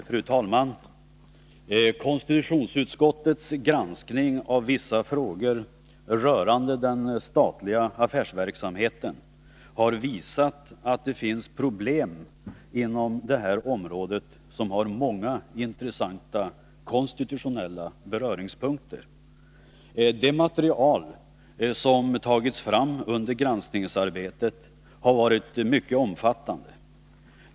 Fru talman! Konstitutionsutskottets granskning av vissa frågor rörande den statliga affärsverksamheten har visat att det inom detta område finns problem, som har många intressanta konstitutionella beröringspunkter. Det material som tagits fram under granskningsarbetet har varit mycket omfattande.